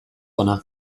hona